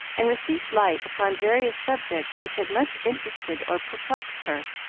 and received light upon various subjects which had much interested or perplexed her.